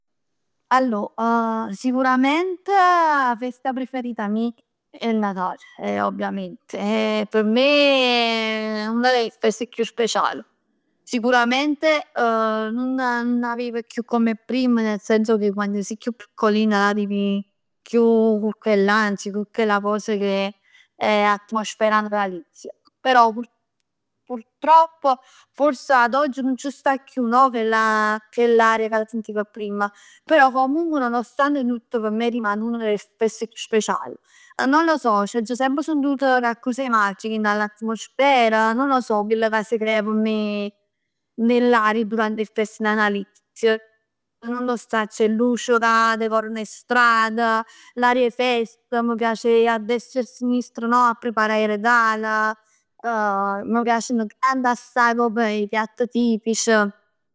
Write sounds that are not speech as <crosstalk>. Allor, <hesitation> sicuramente 'a festa preferit meja è il Natale, e ovviamente. È p' me <hesitation> una d' 'e feste chiù speciali. Sicuramente <hesitation> nun 'a vivo chiù come a primm. Nel senso che quann si chiù piccolin 'a vivi chiù cu chell ansia, cu chella cos che è atmosfera natalizia. Però purtroppo forse ad oggi nun c'sta chiù no? Chella, chell aria ca sentiv primm. Però comunque nonostante tutto p' me rimane uno dei posti chiù speciali. Non lo so, c'aggio semp sentut coccos 'e magico dint 'a l'atmosfera, non lo so. Chell ca s' crea p' me nell'aria durant 'e fest natalizie. Nun 'o sacc, 'e luci ca decoran 'e strad, l'aria 'e fest. Mi piace e ji a destra e sinistr no? A preparà 'e regal. <hesitation> M' piaceno tanto assaje proprj 'e piatt tipic.